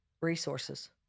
resources